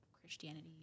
Christianity